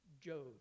Job